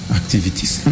activities